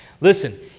Listen